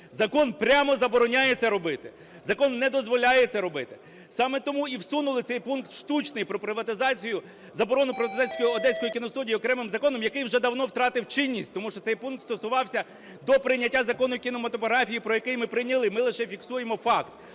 Закон прямо забороняє це робити. Закон не дозволяє це робити. Саме тому і всунули цей пункт штучний, про приватизацію… заборону приватизації Одеської кіностудії окремим законом, який вже давно втратив чинність, тому що цей пункт стосувався до прийняття Закону "Про кінематографію", який ми прийняли, ми лише фіксуємо факт.